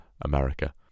America